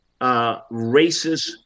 racist